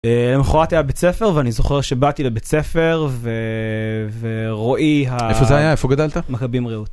‫למחרת היה בית ספר, ואני זוכר ‫שבאתי לבית ספר ורועי ה... איפה זה היה איפה גדלת? מרבין רעות